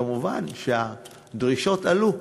כמובן הדרישות עלו,